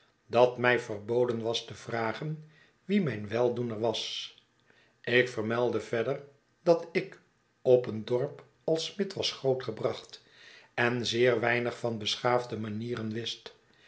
dat mij verboden was te vragen wie mijn weldoener was ik vermeldde verder dat ik op een dorp als smid was groot gebracht en zeer weinig van beschaafde manieren wist